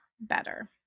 better